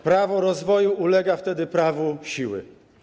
Prawo rozwoju ulega wtedy prawu siły.